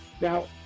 Now